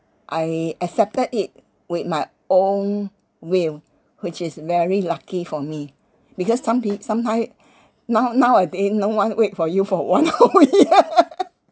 I accepted it with my own will which is very lucky for me because some peo~ sometime now nowadays no one wait for you for one whole year